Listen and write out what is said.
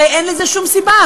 הרי אין לזה שום סיבה.